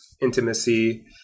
intimacy